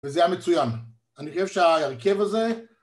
וזה היה מצוין אני אוהב שהרכב הזה